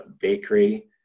bakery